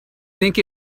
think